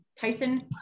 tyson